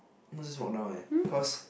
not just walk down eh cause